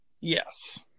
Yes